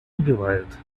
убивают